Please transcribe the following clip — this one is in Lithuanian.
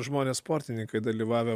žmonės sportininkai dalyvavę